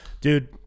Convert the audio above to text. dude